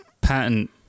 patent